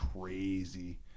crazy